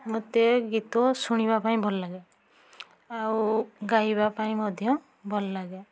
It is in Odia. ମୋତେ ଗୀତ ଶୁଣିବା ପାଇଁ ଭଲଲାଗେ ଆଉ ଗାଇବା ପାଇଁ ମଧ୍ୟ ଭଲଲାଗେ